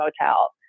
motel